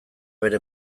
bere